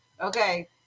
okay